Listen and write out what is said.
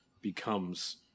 becomes